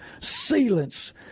sealants